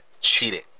cheating